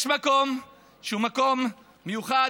יש מקום שהוא מקום מיוחד,